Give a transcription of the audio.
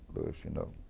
lewis, you know,